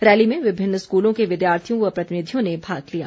rally में विभिन्न स्कूलों के विद्यार्थियों व प्रतिनिधियों ने भाग लिया